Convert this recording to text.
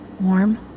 warm